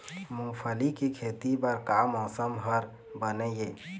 मूंगफली के खेती बर का मौसम हर बने ये?